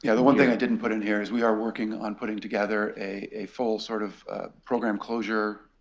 yeah the one thing i didn't put in here is we are working on putting together a full sort of program closure